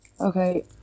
Okay